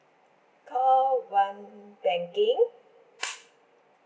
call one banking